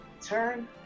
turn